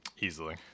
Easily